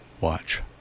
watch